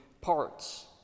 parts